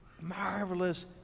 marvelous